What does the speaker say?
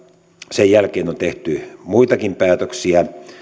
sen jälkeen on tehty muitakin päätöksiä